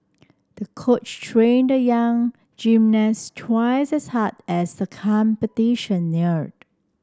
the coach trained the young gymnast twice as hard as the competition neared